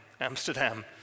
Amsterdam